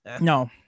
no